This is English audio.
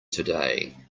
today